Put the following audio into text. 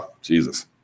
Jesus